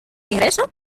ingreso